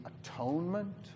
atonement